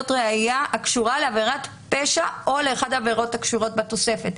ראיה הקשורה לעבירת פשע או לאחת העבירות הקשורות בתוספת.